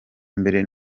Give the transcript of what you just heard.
mbere